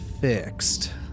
fixed